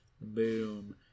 boom